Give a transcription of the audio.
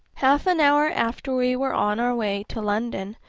half an hour after we were on our way to london,